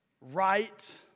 right